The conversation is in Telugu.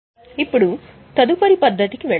ఇప్పుడు తదుపరి పద్ధతికి వెళ్దాం